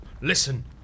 Listen